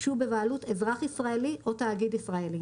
שהוא בבעלות אזרח ישראלי או תאגיד ישראלי,